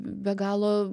be galo